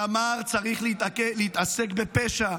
שאמר: צריך להתעסק בפשע,